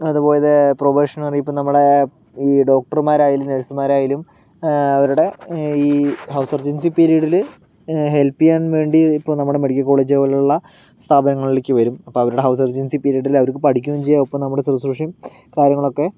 അതുപോലെ പ്രൊബെഷനറി ഇപ്പോൾ നമ്മുടെ ഈ ഡോക്ടർമാരായാലും നേഴ്സ്മാരായാലും അവരുടെ ഈ ഹൗസ് സർജൻസി പിരീഡിൽ ഹെൽപ്പ് ചെയ്യാൻ വേണ്ടി ഇപ്പോൾ നമ്മുടെ മെഡിക്കൽ കോളേജ് പോലുള്ള സ്ഥാപനങ്ങളിലേക്ക് വരും അപ്പോൾ അവരുടെ ഹൗസ് സർജൻസി പിരീഡിൽ അവർക്ക് പഠിക്കുകയും ചെയ്യാം ഒപ്പം നമ്മുടെ ശുശ്രൂഷയും കാര്യങ്ങളൊക്കെ